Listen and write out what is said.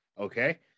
Okay